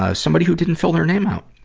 ah somebody who didn't fill their name out.